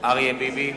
אריה ביבי,